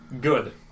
Good